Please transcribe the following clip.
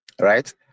right